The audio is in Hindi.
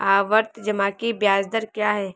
आवर्ती जमा की ब्याज दर क्या है?